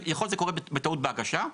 יכול שזה קורה בטעות בהגשה,